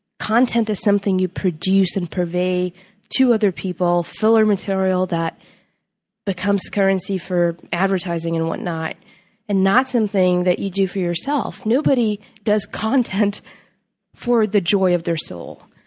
content is something you produce and purvey to other people filler material that becomes currency for advertising and what not and not something that you do for yourself. nobody does content for the joy of their soul.